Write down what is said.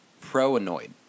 pro-annoyed